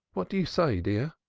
what do you say, dear?